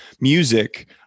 music